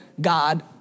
God